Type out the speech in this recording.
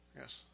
Yes